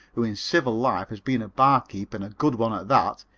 who in civil life had been a barkeeper and a good one at that,